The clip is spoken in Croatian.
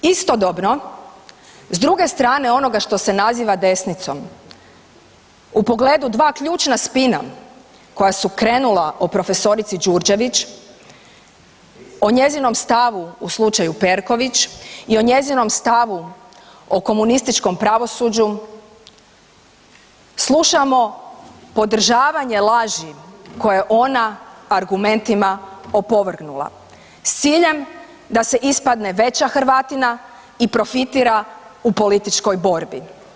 Istodobno, s druge strane onoga što se naziva desnicom u pogledu dva ključna spina koja su krenula o profesorici Đurđević, o njezinom stavu u slučaju Perković i o njezinom stavu o komunističkom pravosuđu, slušamo podržavanje laži koje ona argumentima opovrgnula s ciljem da se ispadne veća Hrvatina i profitira u političkoj borbi.